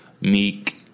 Meek